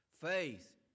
faith